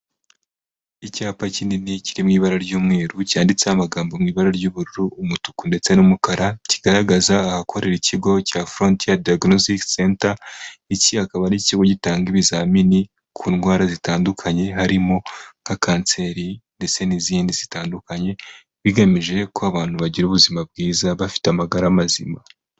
Icyapa kinini kiri mu ibara ry'umweru cyanditseho amagambo mu ibara ry'ubururu, umutuku ndetse n'umukara, kigaragaza ahakorera ikigo cya forotiya dayagonisiti seta, iki akaba ari ikigo gitanga ibizamini ku ndwara zitandukanye harimo nka kanseri ndetse n'izindi zitandukanye bigamije ko abantu bagira ubuzima bwiza bafite amagara mazima.